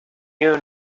you